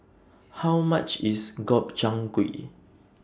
How much IS Gobchang Gui